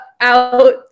out